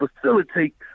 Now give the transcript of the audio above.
facilitate